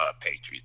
Patriots